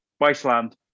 wasteland